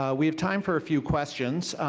ah we have time for a few questions.